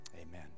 amen